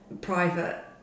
private